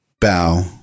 bow